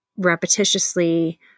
repetitiously